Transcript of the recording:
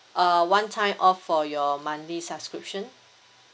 a one time off for your monthly subscription